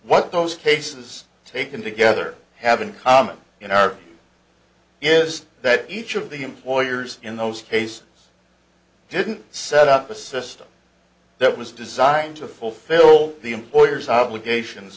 what those cases taken together have in common in our interest that each of the employers in those cases didn't set up a system that was designed to fulfill the employer's obligations